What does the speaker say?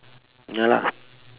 ya lah